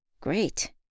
Great